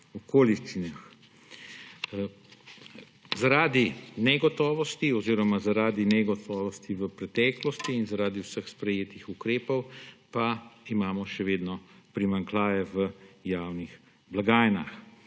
okoliščinah. Zaradi negotovosti oziroma zaradi negotovosti v preteklosti in zaradi vseh sprejetih ukrepov pa imamo še vedno primanjkljaje v javnih blagajnah.